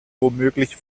womöglich